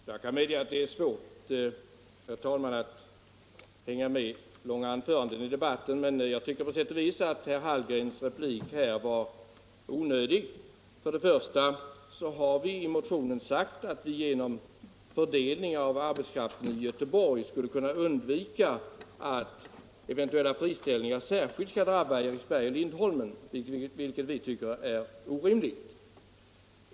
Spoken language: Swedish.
Herr talman! Jag medger att det är svårt att hänga med i långa anföranden i debatten. Men jag tycker ändå att herr Hallgrens replik var onödig. Först och främst har vi i motionen uttalat att man genom fördelning av arbetskraften i Göteborg skulle kunna undvika att eventuella friställningar särskilt drabbar Eriksberg och Lindholmen, vilket vi tycker är orimligt.